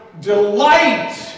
delight